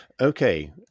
Okay